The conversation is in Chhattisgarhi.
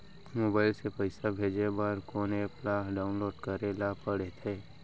मोबाइल से पइसा भेजे बर कोन एप ल डाऊनलोड करे ला पड़थे?